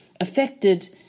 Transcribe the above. affected